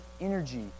energy